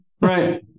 Right